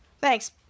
thanks